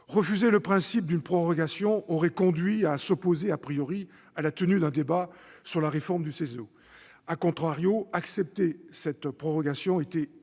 Refuser le principe d'une prorogation aurait conduit à s'opposer à la tenue d'un débat sur la réforme du CESE., accepter cette prorogation était irréductible